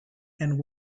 and